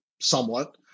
somewhat